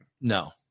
no